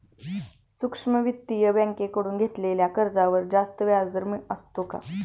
सूक्ष्म वित्तीय बँकेकडून घेतलेल्या कर्जावर जास्त व्याजदर असतो का?